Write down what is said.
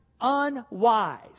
unwise